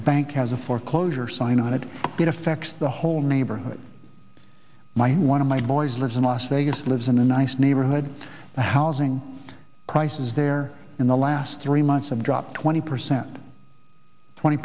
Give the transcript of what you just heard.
bank has a foreclosure sign on it it affects the whole neighborhood my one of my boys lives in las vegas lives in a nice neighborhood the housing prices there in the last three months have dropped twenty percent twenty